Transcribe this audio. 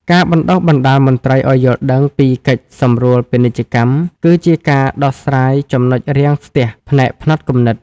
ការបណ្ដុះបណ្ដាលមន្ត្រីឱ្យយល់ដឹងពី "កិច្ចសម្រួលពាណិជ្ជកម្ម" គឺជាការដោះស្រាយចំណុចរាំងស្ទះផ្នែកផ្នត់គំនិត។